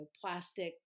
plastic